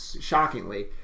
shockingly